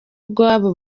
ubwabo